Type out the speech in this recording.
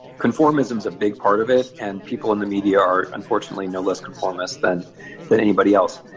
conformism is a big part of it and people in the media are unfortunately no less conformist than but anybody else.